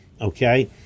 okay